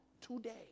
today